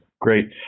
Great